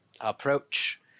approach